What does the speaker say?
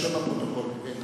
כדי שיירשם בפרוטוקול.